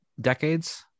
decades